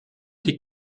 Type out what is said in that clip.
des